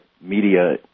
media